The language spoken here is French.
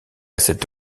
cette